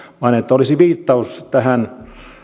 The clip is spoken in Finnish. vaan että olisi viittaus tähän